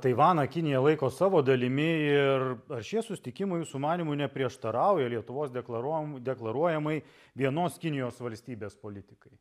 taivaną kinija laiko savo dalimi ir šie susitikimai jūsų manymu neprieštarauja lietuvos deklaruojamu deklaruojamai vienos kinijos valstybės politikai